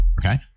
Okay